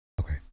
Okay